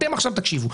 לא סיימתי את התשובה.